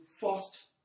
first